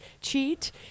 cheat